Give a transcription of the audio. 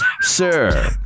sir